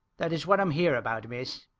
that is what i'm here about, miss.